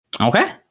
Okay